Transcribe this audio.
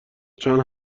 چند